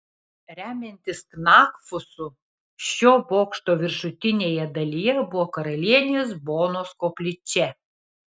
remiantis knakfusu šio bokšto viršutinėje dalyje buvo karalienės bonos koplyčia